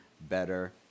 better